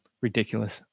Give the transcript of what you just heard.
Ridiculous